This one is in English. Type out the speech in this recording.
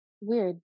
weird